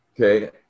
Okay